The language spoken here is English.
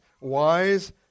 wise